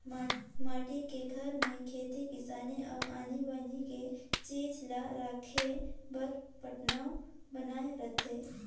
माटी के घर में खेती किसानी अउ आनी बानी के चीज ला राखे बर पटान्व बनाए रथें